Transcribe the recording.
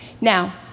Now